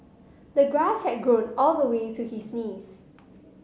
the grass had grown all the way to his knees